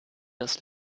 das